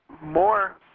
more